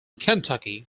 kentucky